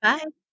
Bye